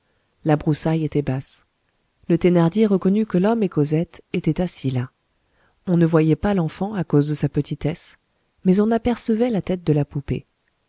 la broussaille était basse le thénardier reconnut que l'homme et cosette étaient assis là on ne voyait pas l'enfant à cause de sa petitesse mais on apercevait la tête de la poupée